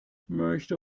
möchte